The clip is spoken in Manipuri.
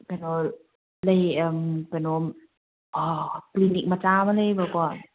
ꯀꯩꯅꯣ ꯑꯥ ꯀꯩꯅꯣ ꯀ꯭ꯂꯤꯅꯤꯡ ꯃꯆꯥ ꯑꯃ ꯂꯩꯌꯦꯕꯀꯣ